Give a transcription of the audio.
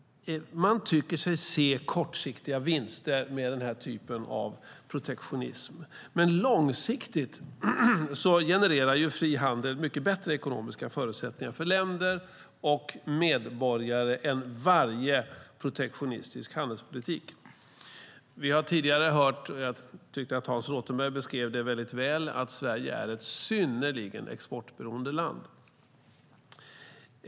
Man tycker sig se kortsiktiga vinster med den typen av protektionism. Men långsiktigt generar fri handel bättre ekonomiska förutsättningar för länder och medborgare än varje protektionistisk handelspolitik. Vi har tidigare hört - jag tyckte att Hans Rothenberg beskrev det väl - att Sverige är ett synnerligen exportberoende land.